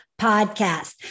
Podcast